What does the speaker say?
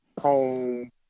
home